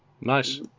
Nice